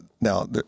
Now